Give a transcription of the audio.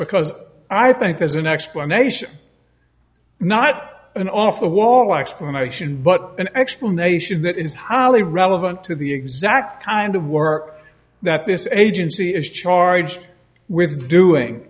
because i think as an explanation not an off the wall explanation but an explanation that is highly relevant to the exact kind of work that this agency is charged with doing